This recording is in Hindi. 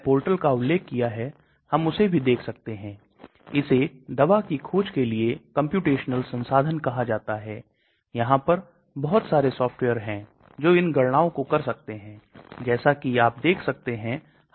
तो यह आंतों के अवशोषण और मौखिक बायोअवेलेबिलिटी का निर्धारक है क्योंकि आपकी आंतों का अवशोषण और मौखिक बायोअवेलेबिलिटी इस पारगम्यता पर निर्भर करती है